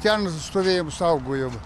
ten stovėjom saugojom